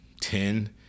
ten